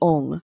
Ong